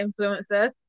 influencers